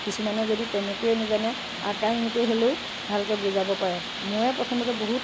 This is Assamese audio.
আৰু কিছুমানে যদি তেনেকৈ নাজানে আকাৰ ইংগিতেৰে হলেও ভালকৈ বুজাব পাৰে ময়েই প্ৰথমতে বহুত